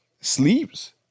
sleeps